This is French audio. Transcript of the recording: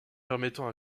permettant